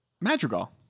Madrigal